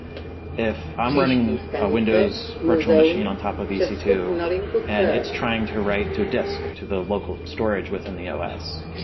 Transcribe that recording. if i'm running a windows virtual machine on top of e c two and it's trying to write to disk to the local storage within the os,